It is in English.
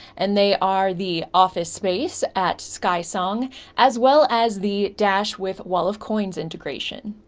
and they are the office space at skysong as well as the dash with wall of coins integration.